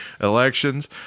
elections